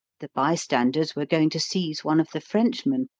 the by-standers were going to seize one of the frenchmen,